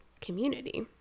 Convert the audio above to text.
community